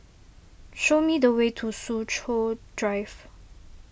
show me the way to Soo Chow Drive